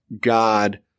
God